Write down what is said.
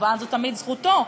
זו תמיד זכותו,